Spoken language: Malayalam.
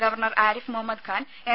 governor Arif Mohammad Khan M